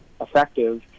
effective